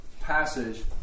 passage